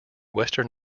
western